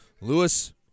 Lewis